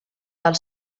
del